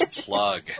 plug